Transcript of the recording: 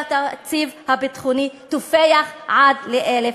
והתקציב הביטחוני תופח עד ל-1,000%.